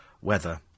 weather